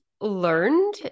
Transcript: learned